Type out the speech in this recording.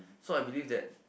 so I believe that